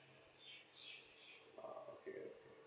um okay okay